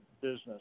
business